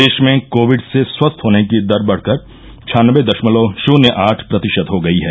देश में कोविड से स्वस्थ होने की दर बढकर छानबे दशमलव शुन्य आठ प्रतिशत हो गई है